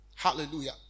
hallelujah